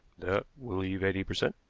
that will leave eighty per cent.